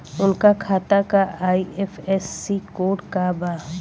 उनका खाता का आई.एफ.एस.सी कोड का बा?